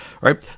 right